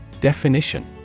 Definition